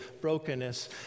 brokenness